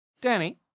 Danny